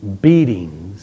beatings